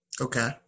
Okay